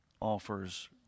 offers